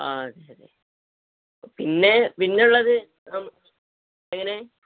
ആ അതുശരി പിന്നെ പിന്നെയുള്ളത് എങ്ങനെ